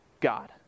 God